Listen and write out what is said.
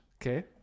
Okay